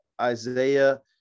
Isaiah